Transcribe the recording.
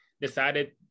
decided